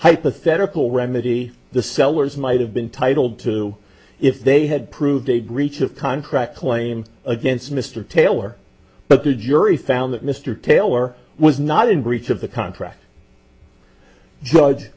hypothetical remedy the sellers might have been titled to if they had proved a grief of contract claim against mr taylor but the jury found that mr taylor was not in breach of the contract judge